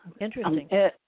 Interesting